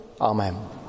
Amen